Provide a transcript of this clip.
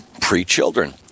pre-children